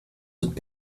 autres